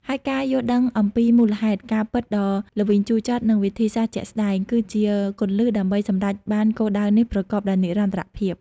ហើយការយល់ដឹងអំពីមូលហេតុ ការពិតដ៏ល្វីងជូរចត់ និងវិធីសាស្រ្តជាក់ស្តែង គឺជាគន្លឹះដើម្បីសម្រេចបានគោលដៅនេះប្រកបដោយនិរន្តរភាព។